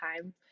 time